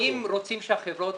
אם רוצים שהחברות